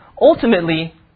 ultimately